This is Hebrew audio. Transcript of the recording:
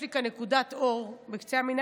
יש לי כאן נקודת אור בקצה המנהרה,